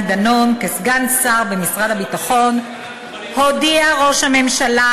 דנון כסגן שר במשרד הביטחון הודיע ראש הממשלה,